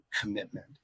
commitment